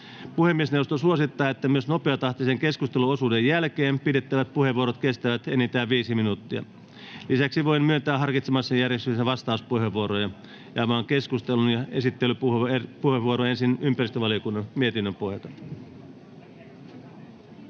Puhemiesneuvosto suosittaa, että myös nopeatahtisen keskusteluosuuden jälkeen pidettävät puheenvuorot kestävät enintään viisi minuuttia. Lisäksi voin myöntää harkitsemassani järjestyksessä vastauspuheenvuoroja. Avaan keskustelun. Esittelypuheenvuoro ensin ympäristövaliokunnan mietinnön pohjalta,